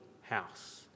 house